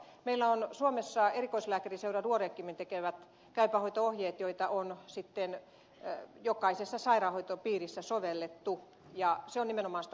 meillä on suomessa lääkäriseura duodecimin tekemät käypähoito ohjeet joita on sitten jokaisessa sairaanhoitopiirissä sovellettu ja se on nimenomaan sitä vaikuttavaa hoitoa